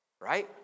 right